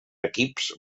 equips